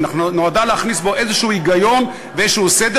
נועדה להכניס בו איזה היגיון ואיזה סדר